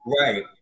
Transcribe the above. Right